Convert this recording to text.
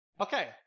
Okay